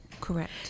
Correct